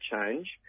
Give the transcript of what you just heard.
change